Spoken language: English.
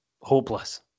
hopeless